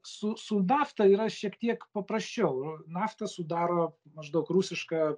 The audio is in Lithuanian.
su su nafta yra šiek tiek paprasčiau nafta sudaro maždaug rusiška